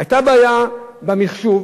היתה בעיה במחשוב,